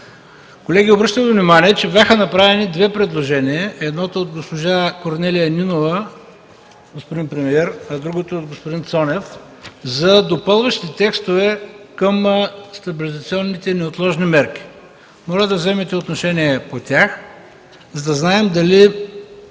премиер, обръщам Ви внимание, че бяха направени две предложения – едното от госпожа Корнелия Нинова, а другото от господин Цонев, за допълващи текстове към стабилизационните и неотложни мерки. Моля да вземете отношение по тях, за да знаем дали